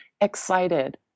excited